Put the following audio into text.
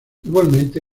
igualmente